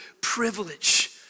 privilege